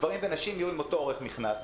גברים ונשים יהיו עם אותו אורך מכנס.